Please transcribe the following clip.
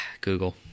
Google